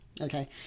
Okay